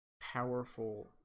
powerful